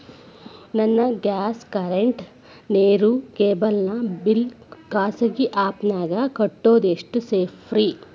ನನ್ನ gas current, ನೇರು, cable ನ ಬಿಲ್ ಖಾಸಗಿ ಆ್ಯಪ್ ನ್ಯಾಗ್ ಕಟ್ಟೋದು ಎಷ್ಟು ಸೇಫ್ರಿ?